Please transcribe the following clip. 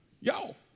Y'all